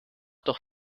doch